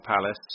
Palace